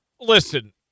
Listen